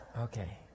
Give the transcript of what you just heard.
okay